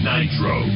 Nitro